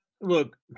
look